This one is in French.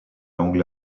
langue